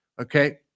Okay